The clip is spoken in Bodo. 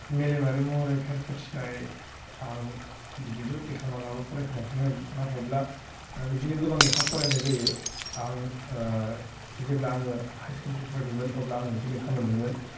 मेलेमारि महरै फेरफाथिनाय आं बिदिथ' लेखा मालाबाबो फरायफेराखैमोन नाथायब्ला बिदिनो गोबां लेखा फरायनाय जायो आं जेब्ला आङो हाइ सेकेन्डारी फरायदोंमोन अब्ला आं मोनसे लेखा मोनदोंमोन